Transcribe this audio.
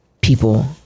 people